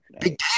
Big